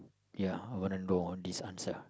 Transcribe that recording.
ya I want to know this answer